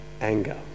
anger